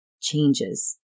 changes